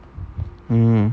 mm